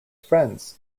friends